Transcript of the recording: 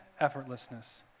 effortlessness